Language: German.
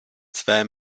zwei